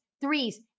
threes